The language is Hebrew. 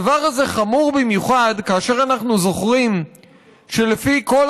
הדבר הזה חמור במיוחד כאשר אנחנו זוכרים שלפי כל